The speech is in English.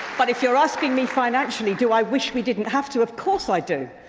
but if you are asking me financially, do i wish we didn't have to? of course i do,